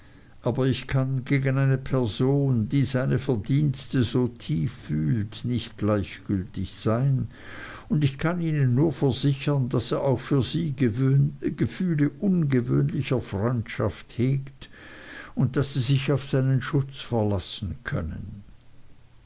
aber ich kann gegen eine person die seine verdienste so tief fühlt nicht gleichgültig sein und ich kann ihnen nur versichern daß auch er für sie gefühle ungewöhnlicher freundschaft hegt und daß sie sich auf seinen schutz verlassen können